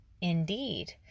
indeed